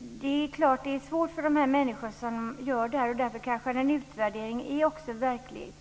Det är klart att det är svårt för människorna i fråga. Det gör kanske att en utvärdering blir verklighet.